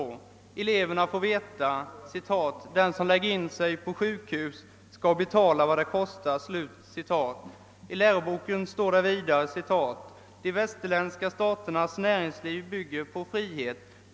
Sålunda får eleverna veta att »den som lägger in sig på sjukhus skall betala vad det kostar». Vidare står det i boken: »De västerländska staternas näringsliv bygger på frihet.